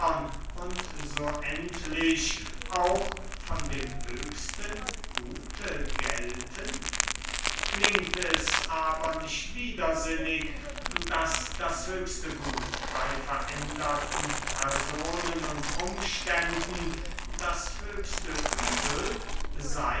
und so endlich auch von dem höchsten gute gelten klingt es aber nicht widersinnig daß das höchste gut bey veränderten personen und umständen das höchste übel